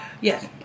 yes